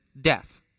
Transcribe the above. death